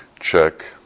check